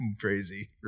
crazy